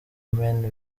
maine